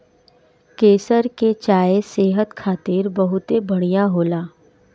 केसर के चाय सेहत खातिर बहुते बढ़िया होला